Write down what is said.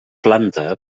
planta